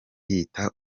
yita